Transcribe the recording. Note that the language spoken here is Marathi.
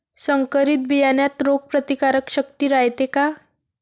संकरित बियान्यात रोग प्रतिकारशक्ती रायते का?